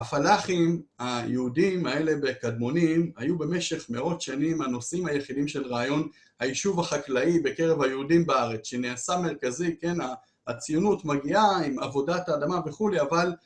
הפלאחים היהודים האלה בקדמונים היו במשך מאות שנים הנושאים היחידים של רעיון היישוב החקלאי בקרב היהודים בארץ שנעשה מרכזי, כן, הציונות מגיעה עם עבודת האדמה וכולי, אבל